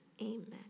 Amen